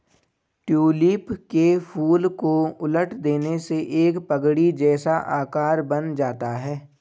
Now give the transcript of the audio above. tulip के फूल को उलट देने से एक पगड़ी जैसा आकार बन जाता है